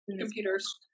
computers